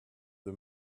the